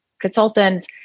consultants